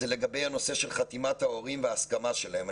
לגבי הנושא של חתימת ההורים וההסכמה שלהם.